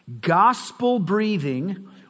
gospel-breathing